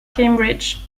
cambridge